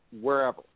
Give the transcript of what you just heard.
wherever